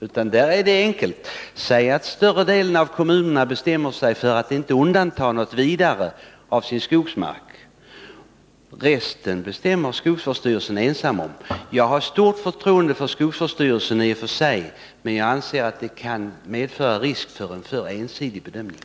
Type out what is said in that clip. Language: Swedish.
utan där är det enkelt. Säg att större delen av kommunerna bestämmer sig för att endast undanta en liten del av skogsmarken, resten bestämmer skogsvårdsstyrelsen ensam om. Jag har stort förtroende för skogsvårdsstyrelsen i och för sig, men jag anser att det kan medföra risk för en alltför ensidig bedömning.